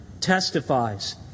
testifies